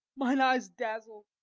mine eyes dazzle